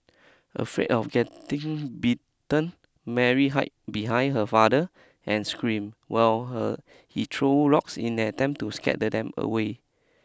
afraid of getting bitten Mary hide behind her father and screamed while her he threw rocks in attempt to scared them away